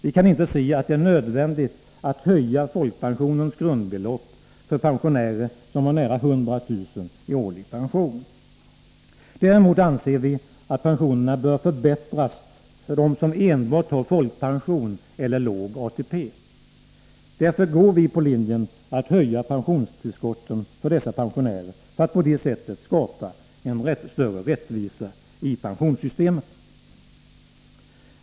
Vi kan inte se att det är nödvändigt att höja folkpensionens grundbelopp för pensionärer som har nära 100 000 kr. i årlig pension. Däremot anser vi att pensionerna bör förbättras för dem som enbart har folkpension eller låg ATP. Därför går vi på linjen att höja pensionstillskotten för dessa pensionärer — för att på det sättet skapa en större rättvisa i pensionssystemet.